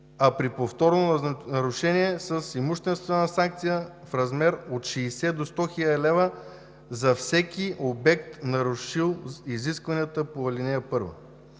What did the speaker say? а при повторно нарушение с имуществена санкция в размер от 60 до 100 000 лв. за всеки обект, нарушил изискванията по ал. 1.